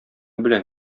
белән